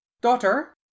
Daughter